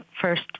first